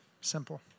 Simple